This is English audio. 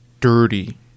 dirty